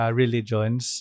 religions